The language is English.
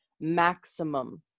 maximum